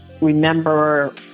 remember